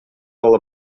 all